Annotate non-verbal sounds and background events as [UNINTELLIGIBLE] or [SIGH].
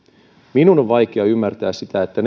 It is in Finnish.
minun on vaikea ymmärtää sitä että [UNINTELLIGIBLE]